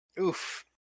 oof